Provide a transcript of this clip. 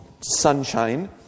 sunshine